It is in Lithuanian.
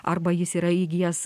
arba jis yra įgijęs